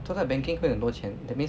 通常 banking 会有很多钱 that means